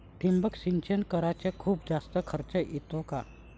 ठिबक सिंचन कराच खूप जास्त खर्च येतो का?